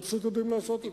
הם פשוט יודעים לעשות את זה,